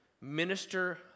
minister